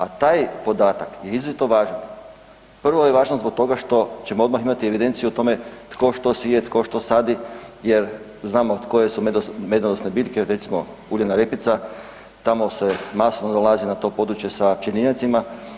A taj podatak je izrazito važan, prvo je važno zbog toga što ćemo odmah imati evidenciju o tome tko što sije, tko što sadi jer znamo koje su medonosne bitke, recimo uljena repica, tamo se masovno dolazi na to područje sa pčelinjacima.